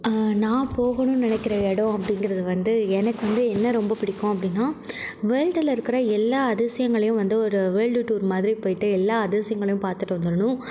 நான் போகுனுன்னு நினைக்கிற இடோம் அப்படிங்கிறது வந்து எனக்கு வந்து என்ன ரொம்ப பிடிக்கும் அப்படின்னா வேர்ல்டில் இருக்கிற எல்லா அதிசயங்களையும் வந்து ஒரு வேர்ல்டு டூர் மாதிரி போய்விட்டு எல்லா அதிசயங்களையும் பார்த்துட்டு வந்துருனும்